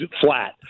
flat